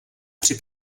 při